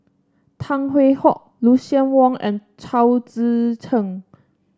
Tan Hwee Hock Lucien Wang and Chao Tzee Cheng